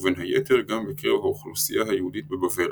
ובין היתר גם בקרב האוכלוסייה היהודית בבבל.